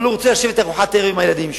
אבל הוא רוצה לשבת לארוחת ערב עם הילדים שלו.